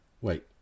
Wait